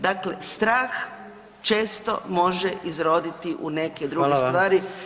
Dakle, strah četo može izroditi u neke druge stvari.